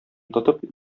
тотып